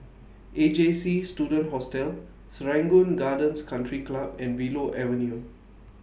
A J C Student Hostel Serangoon Gardens Country Club and Willow Avenue